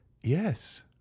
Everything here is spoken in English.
Yes